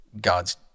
God's